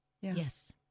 Yes